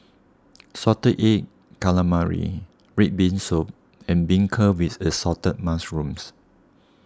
Salted Egg Calamari Red Bean Soup and Beancurd with Assorted Mushrooms